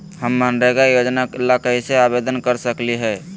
हम मनरेगा योजना ला कैसे आवेदन कर सकली हई?